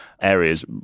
areas